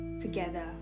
together